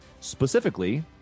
specifically